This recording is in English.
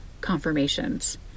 confirmations